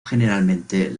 generalmente